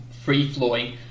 free-flowing